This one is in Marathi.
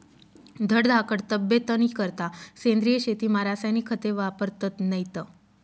धडधाकट तब्येतनीकरता सेंद्रिय शेतीमा रासायनिक खते वापरतत नैत